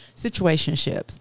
situationships